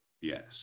Yes